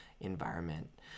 environment